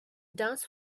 dance